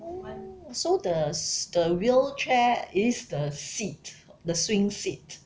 mm so the the wheelchair is the seat the swing seat